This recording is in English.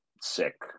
sick